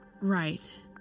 Right